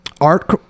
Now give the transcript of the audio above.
art